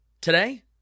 today